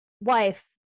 wife